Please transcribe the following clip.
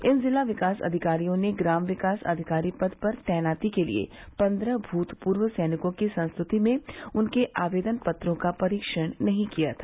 इन जिला विकास अधिकारियों ने ग्राम विकास अधिकारी पद पर तैनाती के लिए पन्द्रह भूतपूर्व सैनिकों की संस्तृति में उनके आवेदन पत्रों का परीक्षण नही किया था